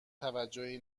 توجهی